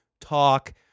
talk